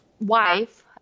wife